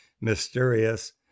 mysterious